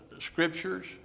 scriptures